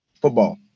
football